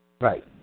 Right